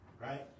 Right